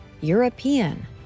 European